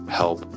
help